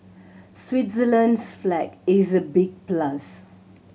Switzerland's flag is a big plus